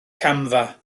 camfa